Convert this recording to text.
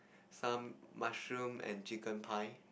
some mushroom and chicken pie